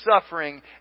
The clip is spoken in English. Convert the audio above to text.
suffering